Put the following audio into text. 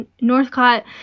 Northcott